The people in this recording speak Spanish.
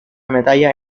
medalla